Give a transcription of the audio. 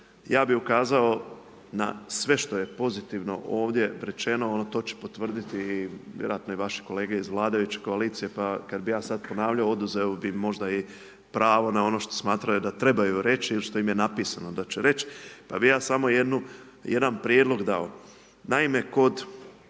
ja bih ukazao na sve što je pozitivno ovdje rečeno, a to će potvrditi vjerojatno i vaši kolege iz vladajuće koalicije pa kad bi ja sad ponavljao oduzeo bih možda i pravo na ono što smatraju da trebaju reći ili što im je napisano da će reći pa bih ja samo jedan prijedlog dao. Naime kod